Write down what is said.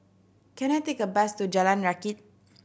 can I take a bus to Jalan Rakit